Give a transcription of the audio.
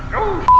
oh